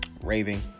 raving